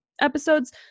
episodes